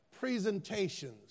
presentations